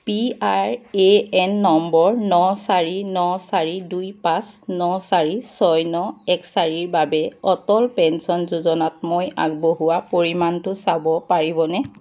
PRAN number ন চাৰি ন চাৰি দুই পাঁচ ন চাৰি ছয় ন এক চাৰিৰ বাবে অটল পেঞ্চন যোজনাত মই আগবঢ়োৱা পৰিমাণটো চাব পাৰিবনে